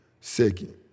Second